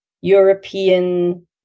European